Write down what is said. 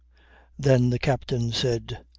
then the captain said,